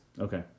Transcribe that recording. Okay